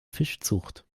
fischzucht